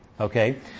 okay